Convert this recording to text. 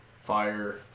Fire